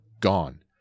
gone